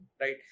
right